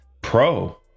Pro